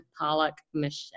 Pollock-Michelle